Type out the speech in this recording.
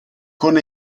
con